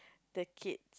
the kid